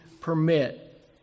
permit